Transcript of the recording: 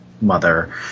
Mother